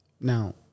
Now